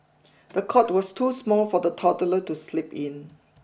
the cot was too small for the toddler to sleep in